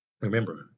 Remember